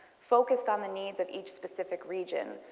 focused on the needs of each specific region,